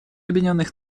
объединенных